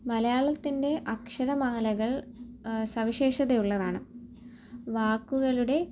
മലയാളത്തിൻ്റെ അക്ഷരമാലകൾ സവിശേഷതയുള്ളതാണ് വാക്കുകളുടെ